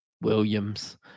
Williams